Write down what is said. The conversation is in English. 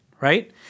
right